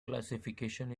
classification